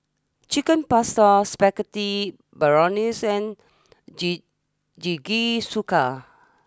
Chicken Pasta Spaghetti Bolognese Jing Jingisukan